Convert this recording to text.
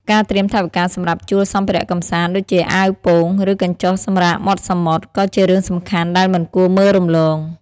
ការត្រៀមថវិកាសម្រាប់ជួលសម្ភារៈកម្សាន្ត ដូចជាអាវពោង ឬកញ្ចុះសម្រាកមាត់សមុទ្រ ក៏ជារឿងសំខាន់ដែលមិនគួរមើលរំលង។